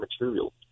material